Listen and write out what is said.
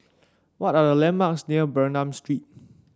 what are a landmarks near Bernam Street